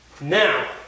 Now